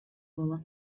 wolle